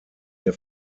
ihr